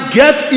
get